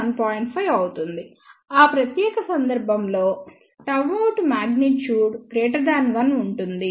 5 అవుతుంది ఆ ప్రత్యేక సందర్భంలో Γout మాగ్నిట్యూడ్ 1 ఉంటుంది